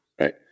right